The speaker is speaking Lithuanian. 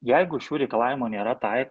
jeigu šių reikalavimų nėra tai